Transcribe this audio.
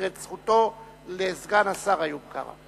העביר את זכותו לסגן השר איוב קרא.